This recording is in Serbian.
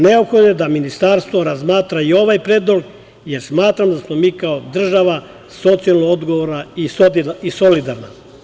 Neophodno je da Ministarstvo razmatra i ovaj predlog, jer smatram da smo mi kao država socijalno odgovorna i solidarna.